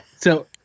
So-